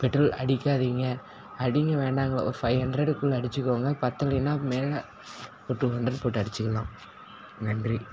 petrol அடிக்காதீங்க அடிங்க வேண்டாங்கல ஒரு ஃபைவ் ஹண்ட்ரடுக்குள்ள அடித்துக்கோங்க பற்றலின்னா மேலே ஒரு டூ ஹண்ட்ரட் போட்டு அடித்துக்கலாம் நன்றி